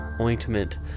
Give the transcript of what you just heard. ointment